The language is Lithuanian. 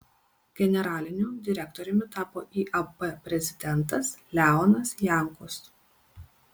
generaliniu direktoriumi tapo iab prezidentas leonas jankus